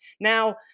Now